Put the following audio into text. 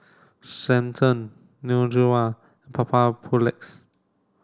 Centrum Neutrogena Papulex